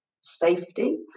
safety